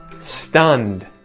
Stunned